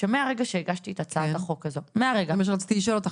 שמהרגע שהגשתי את הצעת החוק הזו --- זה מה שרציתי לשאול אותך,